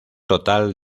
total